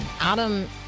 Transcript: Adam